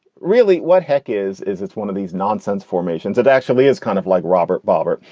really? what heck is is this one of these nonsense formations that actually is kind of like robert bobber.